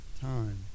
time